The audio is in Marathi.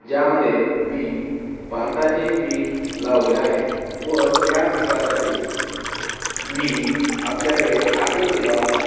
ज्यामध्ये मी भाताचे पीक लावले आहे व त्या पिकासाठी मी आपल्याकडे अर्ज केला होता